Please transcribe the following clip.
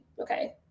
okay